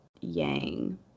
yang